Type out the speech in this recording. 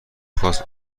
خواست